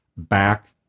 back